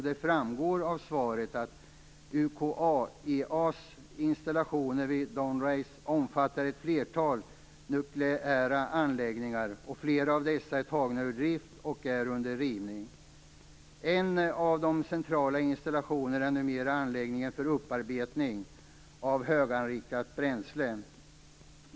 Det framgår av svaret att UKAEA:s installationer vid Dounreay omfattar ett flertal nukleära anläggningar. Flera av dessa är tagna ur drift och är under rivning. En av de centrala installationerna är numera anläggningen för upparbetning av höganrikat bränsle.